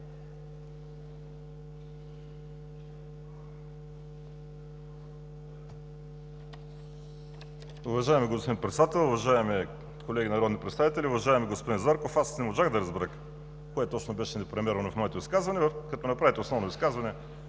Уважаеми господин Председател, уважаеми колеги народни представители! Уважаеми господин Зарков, аз не можах да разбера кое точно беше непремерено в моето изказване, а като направите основно изказване,